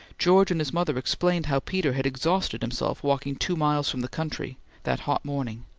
george and his mother explained how peter had exhausted himself walking two miles from the country that hot morning,